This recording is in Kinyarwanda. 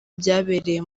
byabereye